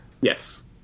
yes